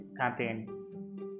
campaign